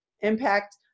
impact